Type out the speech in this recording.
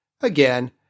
again